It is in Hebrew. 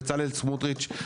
בצלאל סמוטריץ',